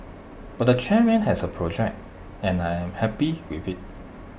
but the chairman has A project and I am happy with IT